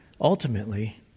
ultimately